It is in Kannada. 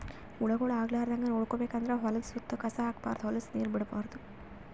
ಹುಳಗೊಳ್ ಆಗಲಾರದಂಗ್ ನೋಡ್ಕೋಬೇಕ್ ಅಂದ್ರ ಹೊಲದ್ದ್ ಸುತ್ತ ಕಸ ಹಾಕ್ಬಾರ್ದ್ ಹೊಲಸ್ ನೀರ್ ಬಿಡ್ಬಾರ್ದ್